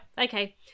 okay